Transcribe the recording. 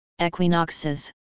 equinoxes